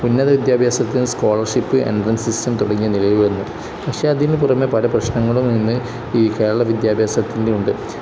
ഉന്നത വിദ്യാഭ്യാസത്തിൽ scholarship entrance system തുടങ്ങിയ നിലവില് വന്നു പക്ഷേ അതിന് പുറമെ പല പ്രശ്നങ്ങളും ഇന്ന് ഈ കേരള വിദ്യാഭ്യാസത്തിനുണ്ട്